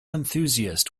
enthusiast